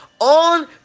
on